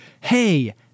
hey